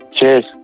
Cheers